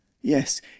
yes